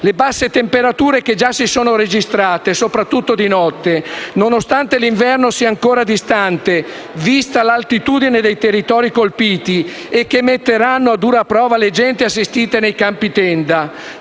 basse temperature che già si sono registrate, soprattutto di notte, nonostante l'inverno sia ancora distante, vista l'altitudine dei territori colpiti, e che metteranno a dura prova le genti assistite nei campi tenda;